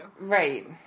Right